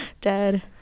dead